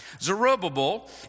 Zerubbabel